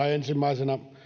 ensimmäisenä